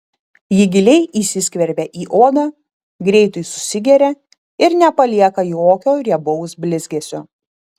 ji giliai įsiskverbia į odą greitai susigeria ir nepalieka jokio riebaus blizgesio